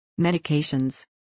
Medications